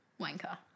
wanker